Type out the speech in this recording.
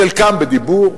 חלקם בדיבור,